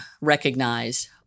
recognize